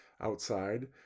outside